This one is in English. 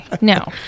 No